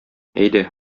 әйдә